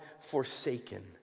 forsaken